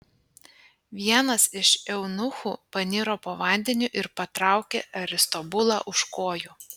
vienas iš eunuchų paniro po vandeniu ir patraukė aristobulą už kojų